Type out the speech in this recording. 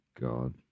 God